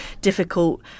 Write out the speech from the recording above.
difficult